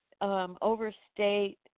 overstate